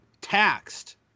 taxed